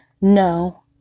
No